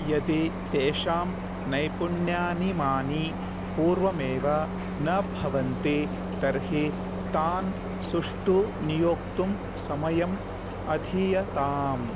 यदि तेषां नैपुण्यानिमानि पूर्वमेव न भवन्ति तर्हि तान् सुष्ठु नियोक्तुं समयम् आधीयताम्